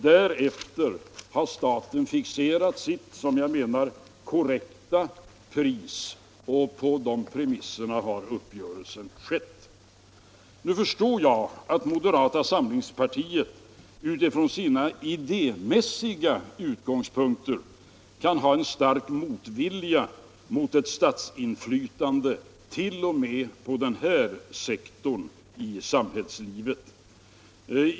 Därefter har staten fixerat sitt, som jag menar, korrekta pris, och på de premisserna har uppgörelsen skett. Nu förstår jag att moderata samlingspartiet utifrån sina idémässiga utgångspunkter kan ha en stark motvilja mot ett statsinflytande t.o.m. på den här sektorn i samhällslivet.